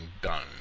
done